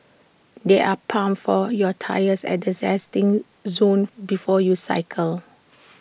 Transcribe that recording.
there are pumps for your tyres at the resting zone before you cycle